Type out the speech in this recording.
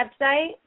website